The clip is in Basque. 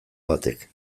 batek